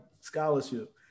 scholarship